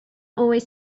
always